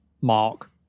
mark